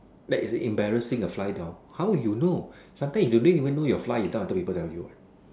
that is an embarrassing of fly down how you know sometimes you didn't even know your fly is down until people tell you what